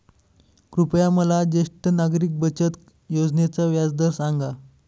कृपया मला ज्येष्ठ नागरिक बचत योजनेचा व्याजदर सांगा